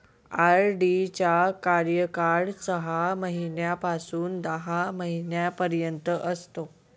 RD चा कार्यकाळ सहा महिन्यापासून दहा महिन्यांपर्यंत असतो